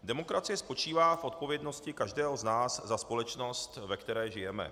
Demokracie spočívá v odpovědnosti každého z nás za společnost, ve které žijeme.